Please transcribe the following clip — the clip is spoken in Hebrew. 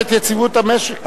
את יציבות המשק.